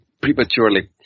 prematurely